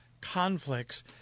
conflicts